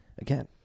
again